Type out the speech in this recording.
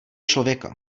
člověka